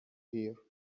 here